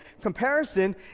Comparison